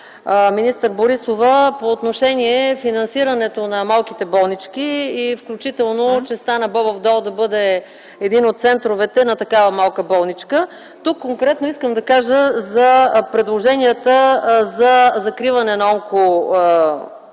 министър Борисова по отношение финансирането на малките болнички, включително честта на Бобов дол да бъде един от центровете на една такава малка болничка. Тук конкретно искам да кажа за предложенията за закриване на онко-,